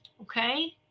okay